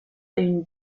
une